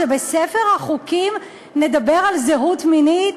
שבספר החוקים נדבר על זהות מינית,